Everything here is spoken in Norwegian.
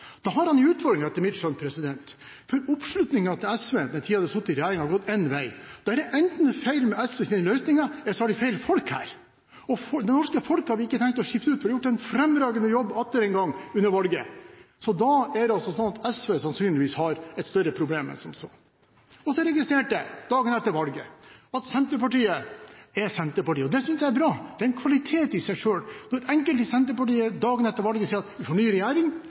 har han en utfordring etter mitt skjønn, for oppslutningen til SV den tiden de har sittet i regjering, har gått én vei. Da er det enten noe feil med SVs løsninger, eller så har de feil folk her. Det norske folk har vi ikke tenkt å skifte ut, for de har gjort en fremragende jobb atter en gang under valget, så da er det altså sånn at SV sannsynligvis har et større problem enn som så. Så registrerte jeg dagen etter valget at Senterpartiet er Senterpartiet, og det synes jeg er bra. Det er en kvalitet i seg selv når enkelte i Senterpartiet dagen etter valget sier at vi får ny regjering,